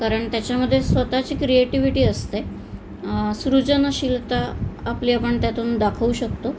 कारण त्याच्यामध्ये स्वतःची क्रिएटिविटी असते सृजनशीलता आपली आपण त्यातून दाखवू शकतो